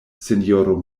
sinjoro